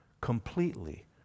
completely